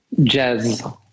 Jazz